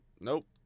Nope